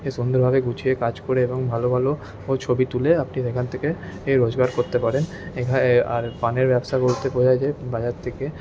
সুন্দরভাবে গুছিয়ে কাজ করে এবং ভালো ভালো ছবি তুলে আপনি সেখান থেকে এ রোজগার করতে পারেন এখানে আর পানের ব্যবসা বলতে বোঝা যায় বাজার থেকে